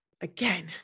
Again